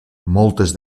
moltes